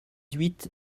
huit